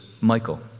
Michael